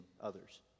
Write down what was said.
others